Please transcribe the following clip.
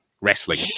wrestling